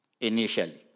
initially